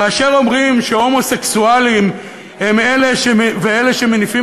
כאשר אומרים שהומוסקסואלים ואלה שמניפים